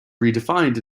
redefined